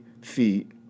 feet